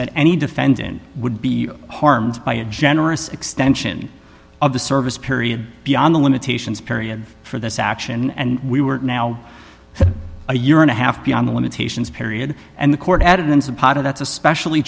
that any defendant would be harmed by a generous extension of the service period beyond the limitations period for this action and we were now a year and a half beyond the limitations period and the court added there is a part of that's especially